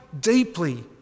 deeply